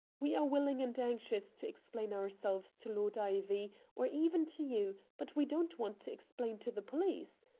we are willing and anxious to explain ourselves to lord ivy or even to you, but we don't want to explain to the police?